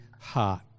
heart